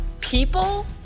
people